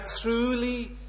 truly